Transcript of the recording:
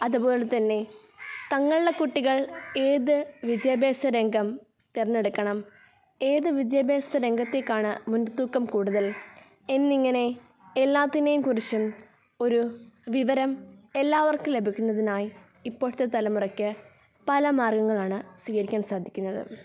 അതുപോലെതന്നെ തങ്ങളുടെ കുട്ടികൾ ഏതു വിദ്യാഭ്യാസ രംഗം തിരഞ്ഞെടുക്കണം ഏതു വിദ്യാഭ്യാസ രംഗത്തേക്കാണ് മുൻതൂക്കം കൂടുതൽ എന്നിങ്ങനെ എല്ലാത്തിനേക്കുറിച്ചും ഒരു വിവരം എല്ലാവർക്കും ലഭിക്കുന്നതിനായി ഇപ്പോഴത്തെ തലമുറയ്ക്ക് പല മാർഗ്ഗങ്ങളാണ് സ്വീകരിക്കാൻ സാധിക്കുന്നത്